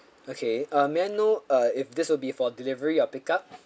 okay uh may I know uh if this will be for delivery or pick up